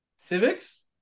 civics